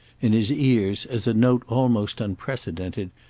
in his ears as a note almost unprecedented,